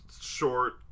short